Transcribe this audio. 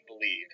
believe